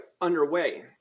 underway